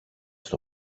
στο